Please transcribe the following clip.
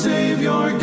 Savior